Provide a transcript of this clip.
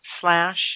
slash